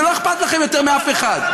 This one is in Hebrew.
ולא אכפת לכם יותר מאף אחד.